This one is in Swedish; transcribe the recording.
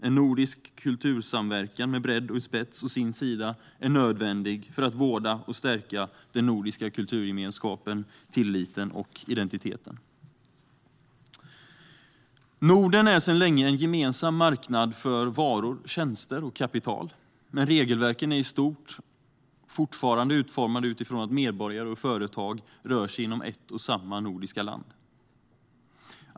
En nordisk kultursamverkan med bredd och spets å sin sida är nödvändig för att vårda och stärka den nordiska kulturgemenskapen, tilliten och identiteten. Norden är sedan länge en gemensam marknad för varor, tjänster och kapital, men regelverken är i stort fortfarande utformade utifrån att medborgare och företag rör sig inom ett och samma nordiska land.